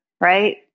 right